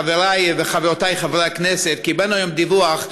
חברי וחברותי חברי הכנסת: קיבלנו היום דיווח,